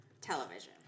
Television